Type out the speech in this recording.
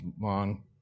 long